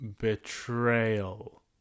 betrayal